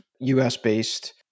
US-based